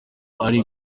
ari